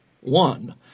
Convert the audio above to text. one